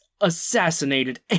assassinated